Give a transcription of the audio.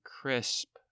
crisp